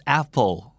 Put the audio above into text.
apple